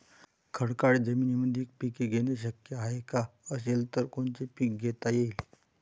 खडकाळ जमीनीमंदी पिके घेणे शक्य हाये का? असेल तर कोनचे पीक घेता येईन?